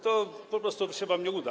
To po prostu się wam nie uda.